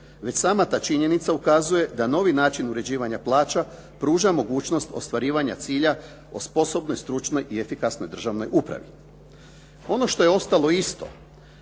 Već sama ta činjenica ukazuje da novi način uređivanja plaća pruža mogućnost ostvarivanja cilja o sposobnoj, stručnoj i efikasnoj državnoj upravi. Ono što je ostalo isto